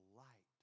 light